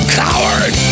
coward